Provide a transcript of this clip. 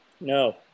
No